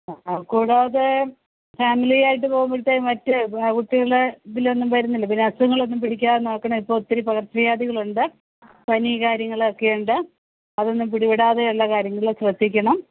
ആ കൂടാതെ ഫാമിലിയായിട്ട് പോവുമ്പഴത്തേ മറ്റ് കുട്ടികളെ ഇതിലൊന്നും വരുന്നില്ല പിന്നെ അസുഖങ്ങളൊന്നും ഒന്നും പിടിക്കാതെ നോക്കണം ഇപ്പോൾ ഒത്തിരി പകർച്ചവ്യാദികൾ ഉണ്ട് പനി കാര്യങ്ങളൊക്കെയുണ്ട് അതൊന്നും പിടിവിടാതെയുള്ള കാര്യങ്ങൾ ശ്രദ്ധിക്കണം